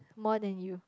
more than you